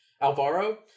Alvaro